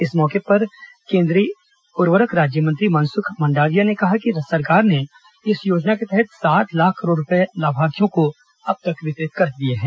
इस अवसर पर केंद्रीय रसायन और उर्वरक राज्यमंत्री मनसुख मंडाविया ने कहा कि सरकार ने इस योजना के तहत सात लाख करोड़ रूपये लाभार्थियों को वितरित किए हैं